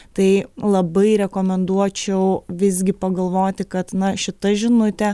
tai labai rekomenduočiau visgi pagalvoti kad na šita žinutė